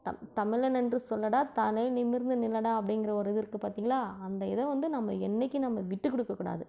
தம் தமிழன் என்று சொல்லுடா தலை நிமிர்ந்து நில்லுடா அப்படிங்கிற ஒரு இது இருக்கு பார்த்திங்களா அந்த இத வந்து நம்ம என்றைக்கும் நம்ம விட்டு கொடுக்கக்கூடாது